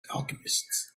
alchemists